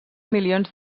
milions